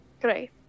Great